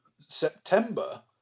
September